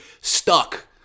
stuck